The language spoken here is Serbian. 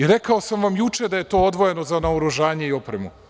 Rekao sam vam juče da je to odvojeno za naoružanje i opremu.